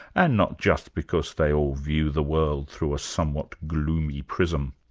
and not just because they all view the world through a somewhat gloomy prism.